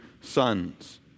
sons